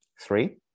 Three